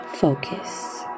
focus